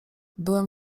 byłem